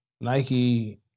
Nike